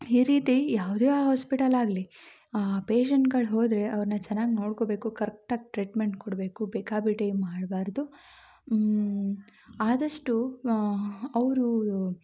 ಈ ರೀತಿ ಯಾವುದೇ ಹಾಸ್ಪಿಟಲಾಗಲಿ ಪೇಶೆಂಟ್ಗಳು ಹೋದರೆ ಅವ್ರನ್ನ ಚೆನ್ನಾಗ್ ನೋಡ್ಕೋಬೇಕು ಕರೆಕ್ಟಾಗಿ ಟ್ರೀಟ್ಮೆಂಟ್ ಕೊಡಬೇಕು ಬೇಕಾಬಿಟ್ಟಿ ಮಾಡಬಾರ್ದು ಆದಷ್ಟು ಅವರು